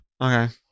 Okay